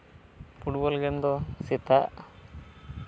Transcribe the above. football game ᱫᱚ ᱥᱮᱛᱟᱜ